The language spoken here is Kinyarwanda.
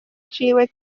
ciwe